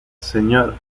señor